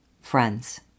friends